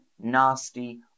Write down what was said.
nasty